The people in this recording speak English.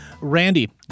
Randy